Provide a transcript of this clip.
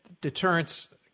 deterrence